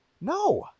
No